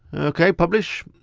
okay, publish.